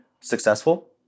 successful